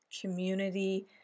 community